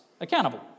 accountable